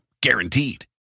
Guaranteed